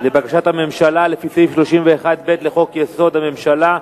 לבקשת הממשלה לפי סעיף 31(ב) לחוק-יסוד: הממשלה,